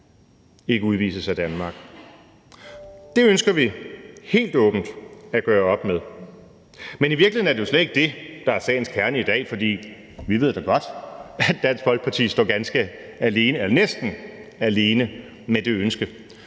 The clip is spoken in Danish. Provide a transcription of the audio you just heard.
ikke udvises af Danmark. Det ønsker vi helt åbent at gøre op med. Men i virkeligheden er det jo slet ikke det, der er sagens kerne i dag – for vi ved da godt, at Dansk Folkeparti står ganske alene eller næsten